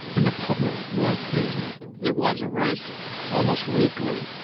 and the public was into it. it was a race almost weekly.